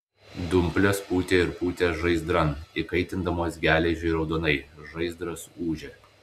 dumplės pūtė ir pūtė žaizdran įkaitindamos geležį raudonai žaizdras ūžė